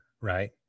right